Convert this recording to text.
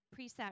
preset